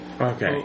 Okay